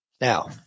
Now